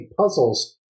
puzzles